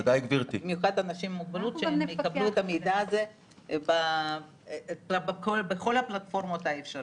במיוחד אנשים עם מוגבלות שיקבלו את המידע הזה בכל הפלטפורמות האפשריות.